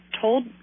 told